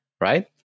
right